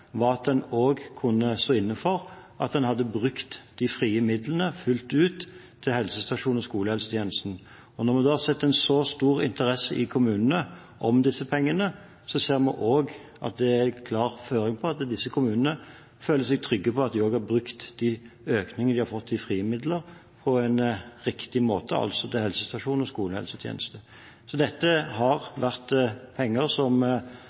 var at en også kunne stå inne for at en hadde brukt de frie midlene fullt ut til helsestasjons- og skolehelsetjenesten. Når vi da har sett en så stor interesse i kommunene for disse pengene, ser vi også at det er en klar føring på at disse kommunene føler seg trygge på at de har brukt økningene de har fått i frie midler, på en riktig måte, altså til helsestasjons- og skolehelsetjeneste. Dette har vært penger som